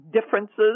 differences